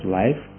life